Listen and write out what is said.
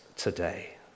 Today